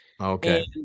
Okay